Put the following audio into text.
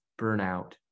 burnout